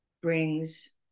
brings